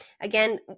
again